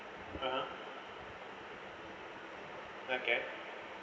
mmhmm okay